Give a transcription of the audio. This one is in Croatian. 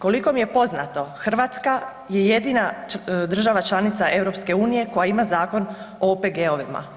Koliko mi je poznato Hrvatska je jedina država članica EU koja ima zakon o OPG-ovima.